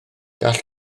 gall